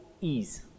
ease